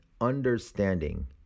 understanding